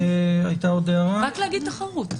רק להגיד תחרות.